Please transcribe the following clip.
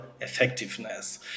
effectiveness